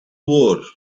war